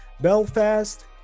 belfast